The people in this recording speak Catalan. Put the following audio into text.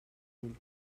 mil